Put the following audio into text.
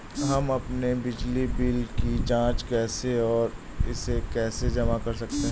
हम अपने बिजली बिल की जाँच कैसे और इसे कैसे जमा करें?